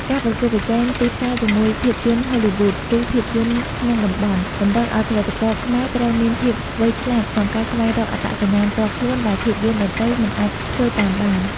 ការប្រកួតប្រជែងទីផ្សារជាមួយភាពយន្តហូលីវូដ ឬភាពយន្តក្នុងតំបន់ តម្រូវឱ្យផលិតករខ្មែរត្រូវមានភាពវៃឆ្លាតក្នុងការស្វែងរកអត្តសញ្ញាណផ្ទាល់ខ្លួនដែលភាពយន្តដទៃមិនអាចធ្វើតាមបាន។